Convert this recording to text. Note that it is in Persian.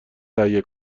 تهیه